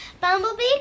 Bumblebee